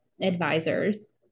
advisors